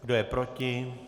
Kdo je proti?